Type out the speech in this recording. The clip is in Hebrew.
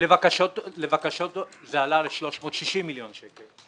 לבקשתו זה עלה ל-360 מיליון שקל.